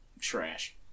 Trash